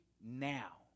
now